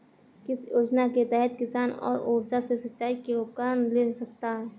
किस योजना के तहत किसान सौर ऊर्जा से सिंचाई के उपकरण ले सकता है?